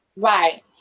Right